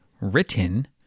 written